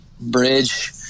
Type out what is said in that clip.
bridge